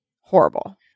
Horrible